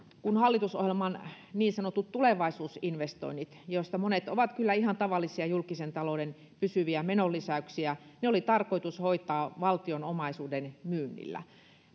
kun hallitusohjelman niin sanotut tulevaisuusinvestoinnit joista monet ovat kyllä ihan tavallisia julkisen talouden pysyviä menonlisäyksiä oli tarkoitus hoitaa valtion omaisuuden myynnillä